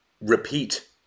repeat